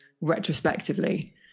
retrospectively